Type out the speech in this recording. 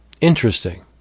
Interesting